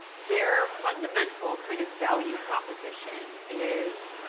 their fundamental kind of value proposition is